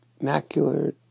macular